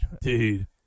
dude